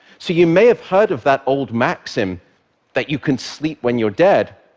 so you may have heard of that old maxim that you can sleep when you're dead.